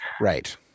Right